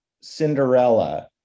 Cinderella